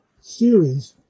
series